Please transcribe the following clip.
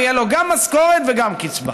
ויהיו לו גם משכורת וגם קצבה.